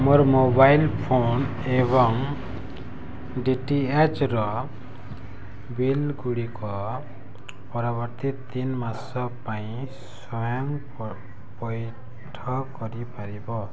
ମୋର mobile phone ଏବଂ ଡିଟିଏଚ୍ର ବିଲ୍ଗୁଡ଼ିକ ପରବର୍ତ୍ତୀ ତିନି ମାସ ପାଇଁ ସ୍ଵୟଂ ପ ପଇଠ କରିପାରିବ